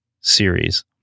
series